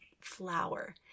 flower